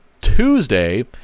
Tuesday